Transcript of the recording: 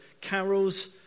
Carol's